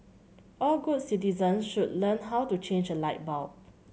all good citizens should learn how to change a light bulb